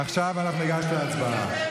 עכשיו אנחנו ניגש להצבעה.